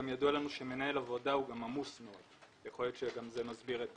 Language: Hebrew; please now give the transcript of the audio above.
ידוע לנו גם שמנהל העבודה עמוס מאוד ויכול להיות שזה מסביר את